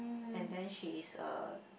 and then she is a